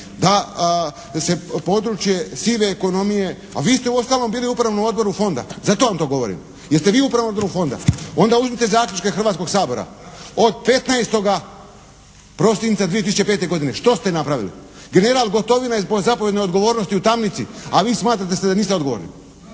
da se područje sive ekonomije, a vi ste uostalom bili u Upravnom odboru fonda. Zato vam to govorim, jer ste vi u Upravnom odboru fonda. Onda uzmite zaključke Hrvatskog sabora od 15. prosinca 2005. godine, što ste napravili? General Gotovina je po zapovjednoj odgovornosti u tamnici, a vi smatrate se da niste odgovorni.